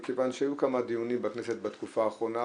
מכיוון שהיו כמה דיונים בכנסת בתקופה האחרונה